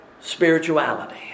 spirituality